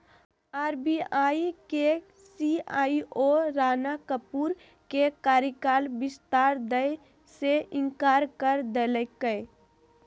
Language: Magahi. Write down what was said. आर.बी.आई के सी.ई.ओ राणा कपूर के कार्यकाल विस्तार दय से इंकार कर देलकय